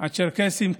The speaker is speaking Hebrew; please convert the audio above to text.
הצ'רקסים,